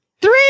Three